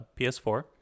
PS4